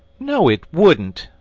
no, it wouldn't,